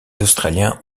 australiens